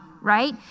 right